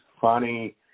funny